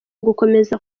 gukomeza